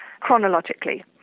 chronologically